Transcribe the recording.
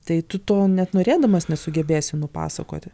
tai tu to net norėdamas nesugebėsi nupasakoti